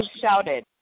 shouted